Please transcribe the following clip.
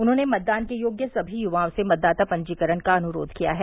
उन्होंने मतदान के योग्य सभी युवाओं से मतदाता पंजीकरण का अनुरोध किया है